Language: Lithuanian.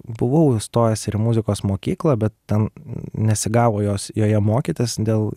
buvau įstojęs ir į muzikos mokyklą bet ten nesigavo jos joje mokytis dėl